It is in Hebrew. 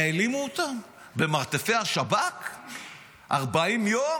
העלימו אותם במרתפי השב"כ 40 יום,